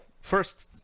first